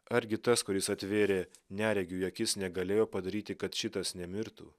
argi tas kuris atvėrė neregiui akis negalėjo padaryti kad šitas nemirtų